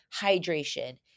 hydration